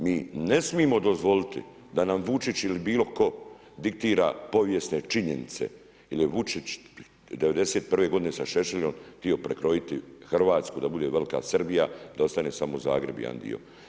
Mi ne smijemo dozvoliti da nam Vučić ili bilo tko diktira povijesne činjenice jer je Vučić '91. godine sa Šešeljem htio prekrojiti Hrvatsku da bude Velika Srbija, da ostane samo Zagreb jedan dio.